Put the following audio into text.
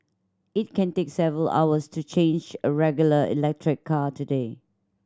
it can take several hours to change a regular electric car today